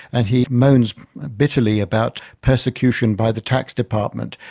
and he moans bitterly about persecution by the tax department.